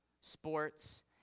sports